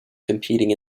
competing